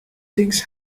things